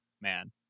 man